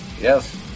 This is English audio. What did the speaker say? yes